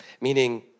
meaning